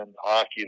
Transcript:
hockey